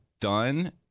done